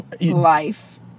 life